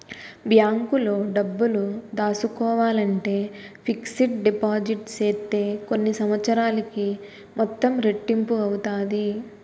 బ్యాంకులో డబ్బులు దాసుకోవాలంటే ఫిక్స్డ్ డిపాజిట్ సేత్తే కొన్ని సంవత్సరాలకి మొత్తం రెట్టింపు అవుతాది